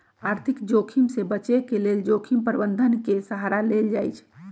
आर्थिक जोखिम से बचे के लेल जोखिम प्रबंधन के सहारा लेल जाइ छइ